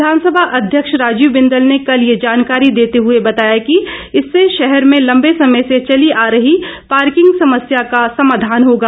विधानसभा अध्यक्ष राजीव बिंदल ने कल ये जानकारी देते हुए बताया कि इससे शहर में लम्बे समय से चली आ रही पार्किंग समस्या का समाधान होगा